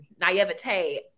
naivete